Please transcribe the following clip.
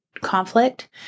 conflict